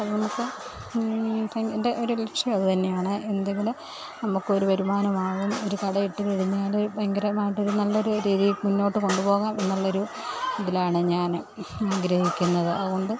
അതുകൊണ്ട് ഇപ്പം എൻ്റെ ഒരു ലക്ഷ്യം അത് തന്നെയാണ് എന്തെങ്കിലും നമുക്ക് ഒരു വരുമാന മാർഗ്ഗം ഒരു കടയിട്ട് ഇരുന്നാൽ ഭയങ്കരമായിട്ടൊരു നല്ല ഒരു രീതിയിൽ മുന്നോട്ട് കൊണ്ട് പോകാം എന്നുള്ള ഒരു ഇതിലാണ് ഞാൻ ആഗ്രഹിക്കുന്നത് അതുകൊണ്ട്